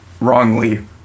wrongly